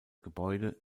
gebäude